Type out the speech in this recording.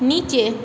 নিচে